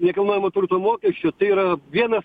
nekilnojamo turto mokesčio tai yra vienas